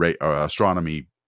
astronomy